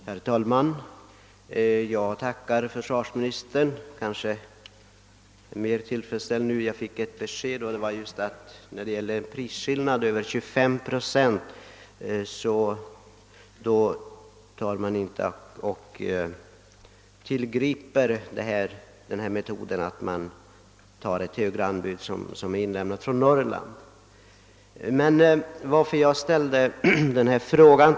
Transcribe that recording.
Herr talman! Jag tackar försvarsministern "och känner mig nu mer tillfredsställd över det besked jag fick om förfarandet att det är först vid prisskillnader över 25 procent, som man inte tillämpar metoden att antaga ett högre anbud som inlämnats från företag i Norrland.